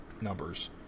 numbers